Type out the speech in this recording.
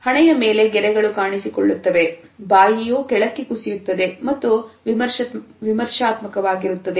ಹಣೆಯ ಮೇಲೆ ಗೆರೆಗಳು ಕಾಣಿಸಿಕೊಳ್ಳುತ್ತವೆ ಬಾಯಿಯೂ ಕೆಳಕ್ಕೆ ಕುಸಿಯುತ್ತದೆ ಮತ್ತು ವಿಮರ್ಶಾತ್ಮಕವಾಗಿರುತ್ತದೆ